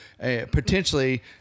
potentially